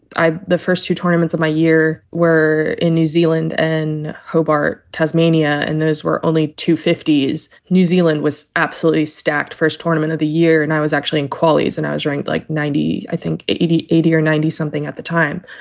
the first two tournaments of my year were in new zealand and hobart, tasmania and those were only two fifty s. new zealand was absolutely stacked first tournament of the year. and i was actually equality's and i was ranked like ninety, i think eighty, eighty or ninety something at the time.